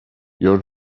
your